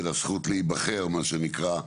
של הזכות להיבחר מה שנקרא,